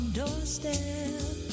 doorstep